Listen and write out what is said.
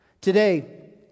Today